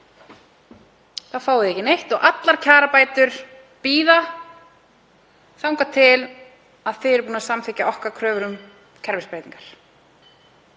fáið þið ekki neitt og allar kjarabætur bíða þangað til þið eruð búin að samþykkja okkar kröfur um kerfisbreytingar.